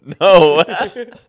No